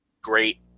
great